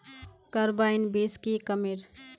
Carbine बीस की कमेर?